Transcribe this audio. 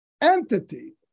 entity